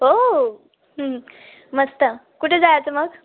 हो हो मस्त कुठे जायचं मग